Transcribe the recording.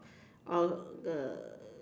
uh the